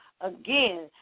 Again